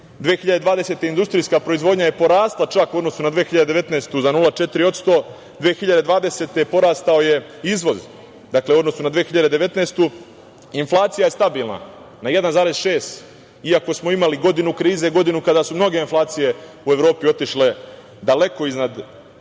godine industrijska proizvodnja je porasla čak u odnosu na 2019. godinu za 0,4%, 2020. godine porastao je izvoz u odnosu na 2019. godinu. Inflacija je stabilna na 1,6%, iako smo imali godinu krize, godinu kada su mnoge inflacije u Evropi otišle daleko iznad